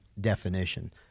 definition